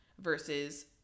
versus